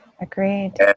Agreed